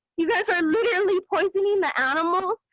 you guys are literally poisoning the animals,